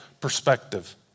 perspective